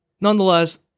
Nonetheless